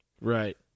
Right